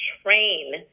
train